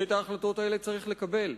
ואת ההחלטות האלה צריך לקבל.